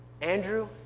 Andrew